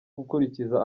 gukurikiza